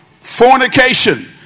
fornication